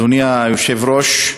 אדוני היושב-ראש,